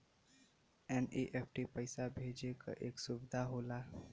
NEFT पइसा भेजे क एक सुविधा होला